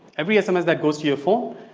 every sms that goes to your phone,